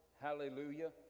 Hallelujah